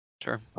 Sure